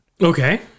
Okay